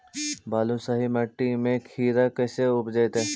बालुसाहि मट्टी में खिरा कैसे उपजतै?